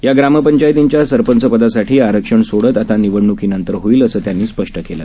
याग्रामपंचायतींच्यासरपंचपदासाठीआरक्षणसोडतआतानिवडण्कीनंतरहोईल असंत्यांनीस्पष्टकेलं